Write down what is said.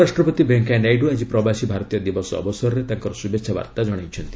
ଉପରାଷ୍ଟ୍ରପତି ଭେଙ୍କିୟା ନାଇଡୁ ଆଜି ପ୍ରବାସୀ ଭାରତୀୟ ଦିବସ ଅବସରରେ ତାଙ୍କର ଶୁଭେଛା ବାର୍ତ୍ତା ଜଣାଇଛନ୍ତି